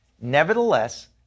nevertheless